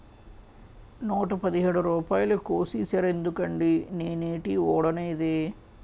నూట పదిహేడు రూపాయలు కోసీసేరెందుకండి నేనేటీ వోడనేదే